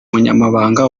umunyamabanga